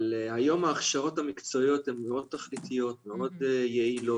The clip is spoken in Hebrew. אבל היום ההכשרות המקצועיות הן מאוד תכליתיות ויעילות.